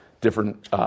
different